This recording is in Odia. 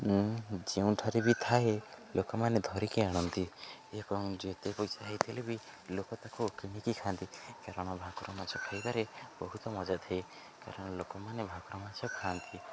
ଯେଉଁଠାରେ ବି ଥାଏ ଲୋକମାନେ ଧରିକି ଆଣନ୍ତି ଏବଂ ଯେତେ ପଇସା ହୋଇଥିଲେ ବି ଲୋକ ତାକୁ କିଣିକି ଖାଆନ୍ତି କାରଣ ଭାକୁର ମାଛ ଖାଇବାରେ ବହୁତ ମଜା ଥାଏ କାରଣ ଲୋକମାନେ ଭାକୁର ମାଛ ଖାଆନ୍ତି